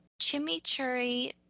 chimichurri